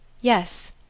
Yes